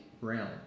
realm